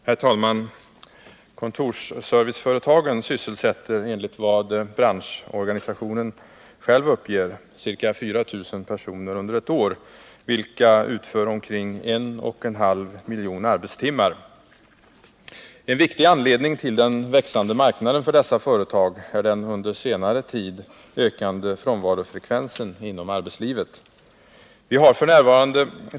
Herr talman! Kontorsserviceföretagen sysselsätter — enligt vad branschorganisationen själv uppger — ca 4 000 personer under ett år, vilka utför omkring 1,5 miljoner arbetstimmar. En viktig anledning till den växande marknaden för dessa företag är den under senare tid ökande frånvarofrekvensen inom arbetslivet. Vi har f. n.